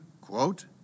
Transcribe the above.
quote